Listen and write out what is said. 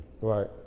Right